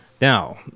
Now